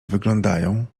wyglądają